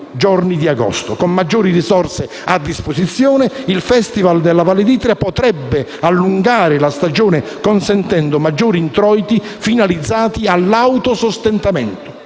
Con maggiori risorse a disposizione il Festival potrebbe allungare la stagione consentendo maggiori introiti finalizzati all'autosostentamento,